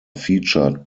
featured